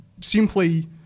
simply